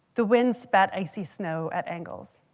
the winds spat icy snow at angles.